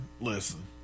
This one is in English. Listen